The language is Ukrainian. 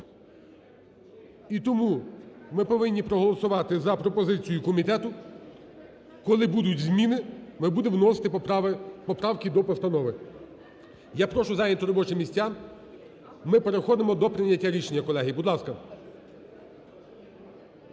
І тому ми повинні проголосувати за пропозицію комітету. Коли будуть зміни, ми будемо вносити поправки до постанови. Я прошу зайняти робочі місця. Ми переходимо до прийняття рішення, колеги. Будь ласка.